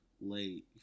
late